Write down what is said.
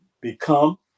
become